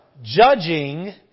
Judging